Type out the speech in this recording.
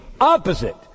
opposite